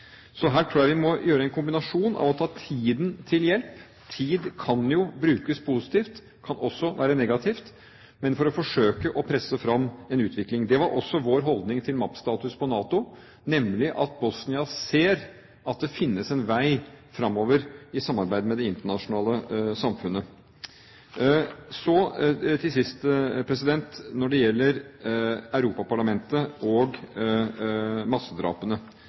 Så her tror jeg vi må gjøre en kombinasjon av å ta tiden til hjelp – tid kan jo brukes positivt, men kan også være negativt – for å forsøke å presse fram en utvikling. Det var også vår holdning til MAP-status på NATOs møte, nemlig at Bosnia ser at det finnes en vei fremover i samarbeid med det internasjonale samfunnet. Så til sist, når det gjelder Europaparlamentet og massedrapene: